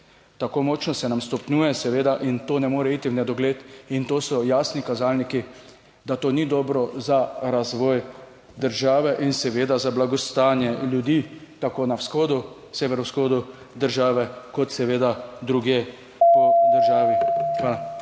tako močno stopnjuje in seveda to ne more iti v nedogled. To so jasni kazalniki, da to ni dobro za razvoj države in seveda za blagostanje ljudi tako na vzhodu, severovzhodu države kot seveda drugje po državi. Hvala.